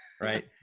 Right